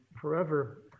forever